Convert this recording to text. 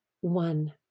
one